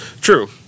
True